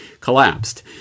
collapsed